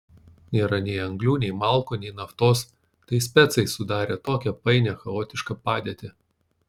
nėra nei anglių nei malkų nei naftos tai specai sudarė tokią painią chaotišką padėtį